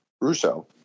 Russo